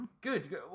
Good